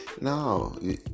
no